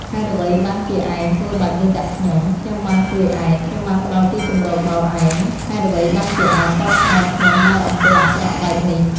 ហេតុអ្វីបានជាឯងធ្វើបែបនេះដាក់ខ្ញុំ? ខ្ញុំបានជួយឯង ខ្ញុំបានផ្តល់ទីជម្រកដល់ឯង ហេតុអ្វីបានជាឯងតបស្នងខ្ញុំដោយអំពើអាក្រក់បែបនេះ?